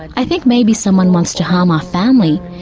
i think maybe someone wants to harm our family.